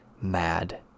mad